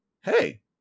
Hey